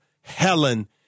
Helen